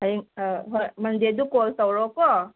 ꯍꯌꯦꯡ ꯍꯣꯏ ꯃꯟꯗꯦꯗꯨ ꯀꯣꯜ ꯇꯧꯔꯛꯑꯣ ꯀꯣ